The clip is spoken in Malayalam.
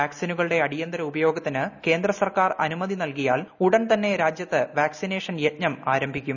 വാക്സിന്റുകളുടെ അടിയന്തിര ഉപയോഗത്തിന് കേന്ദ്ര സർക്കാർ അനുമുതി് നൽകിയാൽ ഉടൻ തന്നെ രാജ്യത്ത് വാക്സിനേഷൻ യജ്ഞം ആരംഭിക്കും